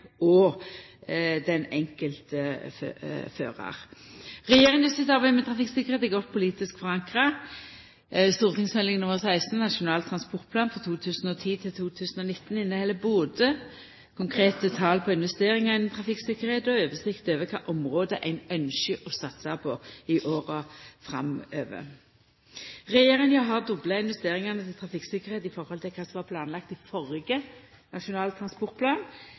og den enkelte føraren. Regjeringa sitt arbeid med trafikktryggleik er godt politisk forankra. St.meld. nr. 16 for 2008–2009, Nasjonal transportplan 2010–2019, inneheld både konkrete tal på investeringar innanfor trafikktryggleik og oversikt over kva område ein ynskjer å satsa på i åra framover. Regjeringa har dobla investeringane til trafikktryggleik i høve til kva som var planlagt i førre Nasjonal transportplan,